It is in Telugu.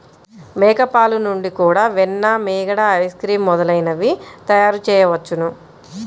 మేక పాలు నుండి కూడా వెన్న, మీగడ, ఐస్ క్రీమ్ మొదలైనవి తయారుచేయవచ్చును